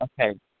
Okay